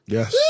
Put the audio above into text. Yes